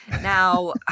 Now